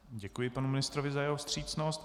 Děkuji panu ministrovi za jeho vstřícnost.